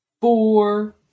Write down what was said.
four